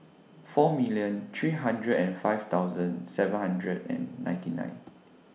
four million three hundred and five thousand seven hundred and ninety nine